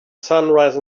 sunrise